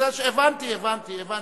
בסדר, הבנתי, הבנתי.